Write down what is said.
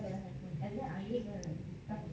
and there are here